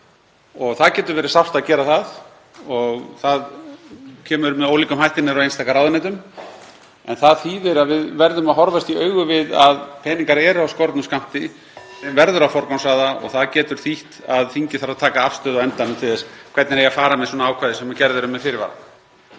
og það getur verið sárt að gera það og það kemur með ólíkum hætti niður á einstaka ráðuneytum en það þýðir að við verðum að horfast í augu við að peningar eru af skornum skammti, þeim verður að forgangsraða (Forseti hringir.) og það getur þýtt að þingið þarf að taka afstöðu á endanum til þess hvernig eigi að fara með svona ákvæði sem gerð eru með fyrirvara.